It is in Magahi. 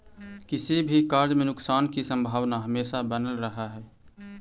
किसी भी कार्य में नुकसान की संभावना हमेशा बनल रहअ हई